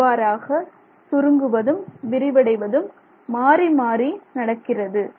இவ்வாறாக சுருங்குவதும் விரிவடைவதும் மாறிமாறி நடக்கிறது